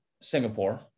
Singapore